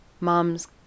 mom's